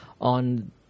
on